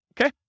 Okay